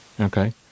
Okay